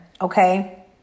okay